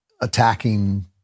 attacking